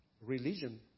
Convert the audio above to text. religion